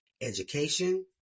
education